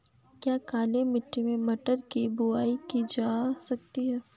क्या काली मिट्टी में मटर की बुआई की जा सकती है?